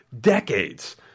decades